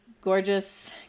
gorgeous